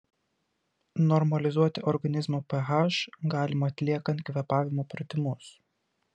normalizuoti organizmo ph galima atliekant kvėpavimo pratimus